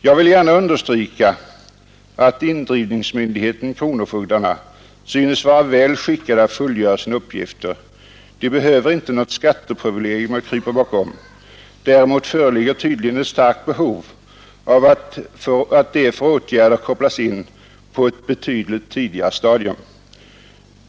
Jag vill gärna understryka att indrivningsmyndigheten — kronofogdarna — synes vara väl skickad att fullgöra sina uppgifter. Kronofogdarna behöver inte något skatteprivilegium att krypa bakom. Däremot föreligger tydligen ett starkt behov av att de för åtgärder kopplas in på ett betydligt tidigare stadium.